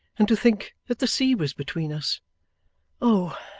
and to think that the sea was between us oh,